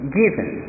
given